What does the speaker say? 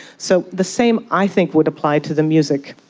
so the same i think would apply to the music.